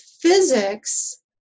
physics